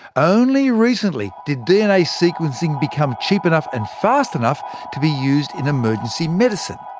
only recently did dna sequencing become cheap enough and fast enough to be used in emergency medicine.